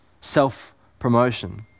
self-promotion